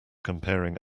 comparing